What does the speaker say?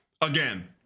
again—